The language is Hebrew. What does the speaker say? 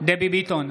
דבי ביטון,